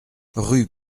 rue